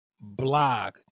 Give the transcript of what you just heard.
blog